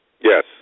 Yes